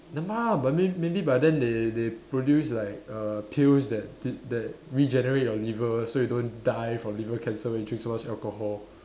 never mind ah but may maybe by then they they produce like err pills that de~ that regenerate your liver so you don't die from liver cancer when you drink too much alcohol